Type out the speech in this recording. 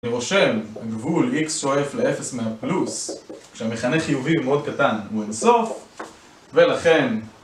אני רושם הגבול x שואף ל-0 מהפלוס כשהמכנה חיובי הוא מאוד קטן הוא אינסוף ולכן